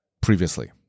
previously